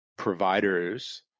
providers